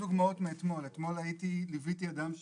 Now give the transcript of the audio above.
אתמול ליוויתי אדם שלנו,